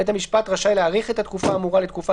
בית המשפט רשאי להאריך את התקופה האמורה לתקופה